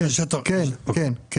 כן, כן.